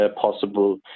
possible